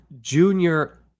junior